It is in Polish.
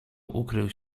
ukrył